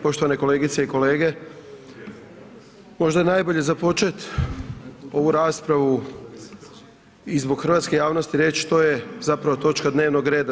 Poštovane kolegice i kolege, možda je najbolje započet ovu raspravu i zbog hrvatske javnosti reći, što je zapravo točka dnevnog reda.